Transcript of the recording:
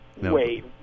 Wait